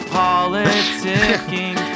politicking